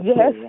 Yes